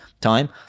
time